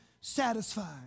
satisfied